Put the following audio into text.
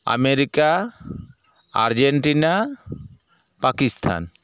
America Argentina Pakistan